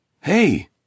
Hey